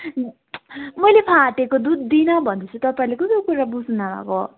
मैले फाटेको दुध दिइनँ भन्दैछु तपाईँले कस्तो कुरा बुझ्नु नभएको